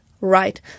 right